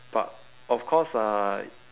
but of course I